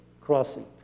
crossing